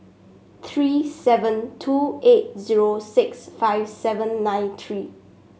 three seven two eight zero six five seven nine three